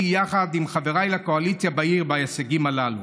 יחד עם חבריי לקואליציה בעיר בהישגים הללו.